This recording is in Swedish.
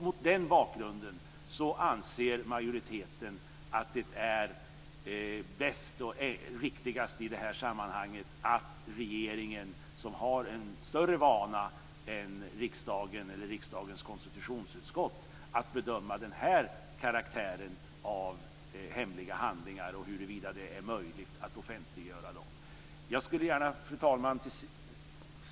Mot den bakgrunden anser majoriteten att det är bäst och riktigast i det här sammanhanget att regeringen, som har en större vana än riksdagens konstitutionsutskott att bedöma denna karaktär av hemliga handlingar och huruvida det är möjligt att offentliggöra dem, sköter detta. Fru talman!